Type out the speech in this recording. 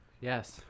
Yes